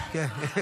כן.